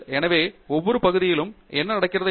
எனவே ஒவ்வொரு பகுதியில் என்ன நடக்கிறது என்று